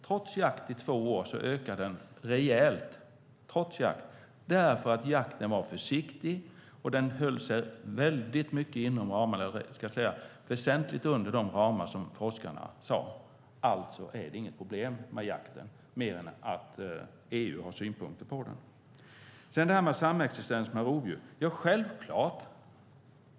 Trots jakt i två år ökar den rejält eftersom jakten var försiktig och höll sig väsentligt under de gränser som forskarna givit. Det är alltså inget problem med jakten mer än att EU har synpunkter på den. Självklart ska vi ha en samexistens med rovdjur.